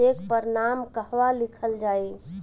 Check पर नाम कहवा लिखल जाइ?